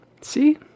See